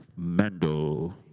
Mendo